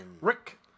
Rick